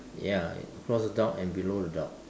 ya you know across the dock and below the dock